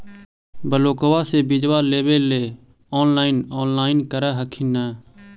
ब्लोक्बा से बिजबा लेबेले ऑनलाइन ऑनलाईन कर हखिन न?